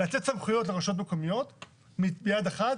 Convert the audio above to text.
לתת סמכויות לרשויות מקומיות ביד אחת,